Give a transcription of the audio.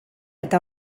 eta